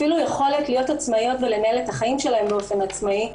אפילו יכולת להיות עצמאיות ולנהל את החיים שלהן באופן עצמאי.